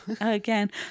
again